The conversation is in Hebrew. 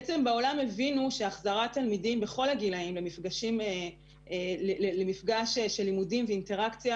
בעצם בעולם הבינו שהחזרת תלמידים בכל הגילאים למפגש של לימודים ואינטראקציה